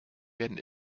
werden